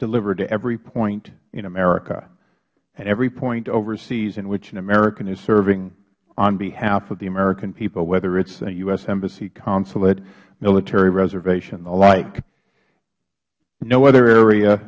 deliver to every point in america and every point overseas in which an american is serving on behalf of the american people whether it is a u s embassy consulate military reservation the like no other area